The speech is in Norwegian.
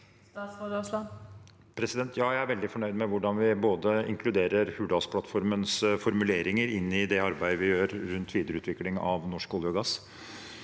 jeg er veldig fornøyd med hvordan vi inkluderer Hurdalsplattfor mens formuleringer i det arbeidet vi gjør rundt videreutvikling av norsk olje og gass.